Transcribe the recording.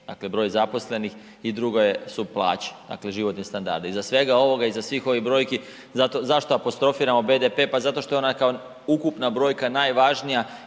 dakle broj zaposlenih i drugo su plaće, dakle životni standard dakle, iza svega ovoga iza svih ovih brojki. Zašto apostrofiramo BDP? Pa zato što je ona kao ukupna brojka najvažnija